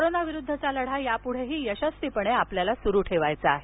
कोरोनाविरुद्धचा लढा याप्ढेही यशस्वीपणे आपल्याला सुरू ठेवायचा आहे